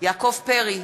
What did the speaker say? יעקב פרי,